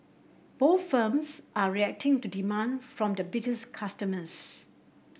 both firms are reacting to demand from their biggest customers